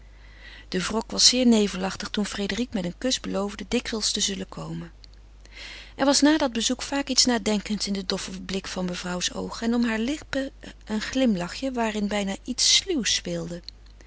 de wrok was zeer nevelachtig toen frédérique met een kus beloofde dikwijls te zullen komen er was na dat bezoek vaak iets nadenkends in den doffen blik van mevrouws oogen en om haar lippen een glimlachje waarin bijna iets sluws speelde